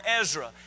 Ezra